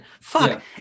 Fuck